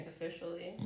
officially